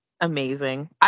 Amazing